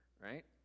right